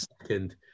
second